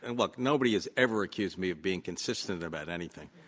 and look, nobody has ever accused me of being consistent about anything.